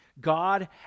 God